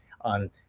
on